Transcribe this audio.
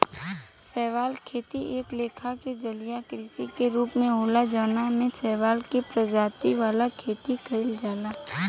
शैवाल खेती एक लेखा के जलीय कृषि के रूप होला जवना में शैवाल के प्रजाति वाला खेती कइल जाला